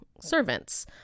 servants